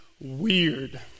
weird